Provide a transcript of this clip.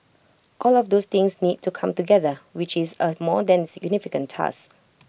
all of those things need to come together which is A more than significant task